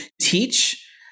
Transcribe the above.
teach